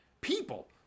People